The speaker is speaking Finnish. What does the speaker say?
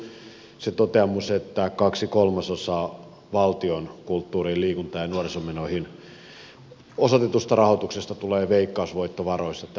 alkuun se toteamus että kaksi kolmasosaa valtion kulttuuri liikunta ja nuorisomenoihin osoitetusta rahoituksesta tulee veikkausvoittovaroista